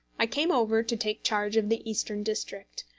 i came over to take charge of the eastern district,